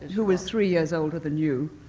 who was three years older than you.